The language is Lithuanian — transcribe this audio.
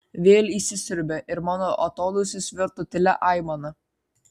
vėl įsisiurbė ir mano atodūsis virto tylia aimana